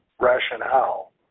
rationale